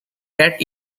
met